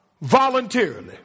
voluntarily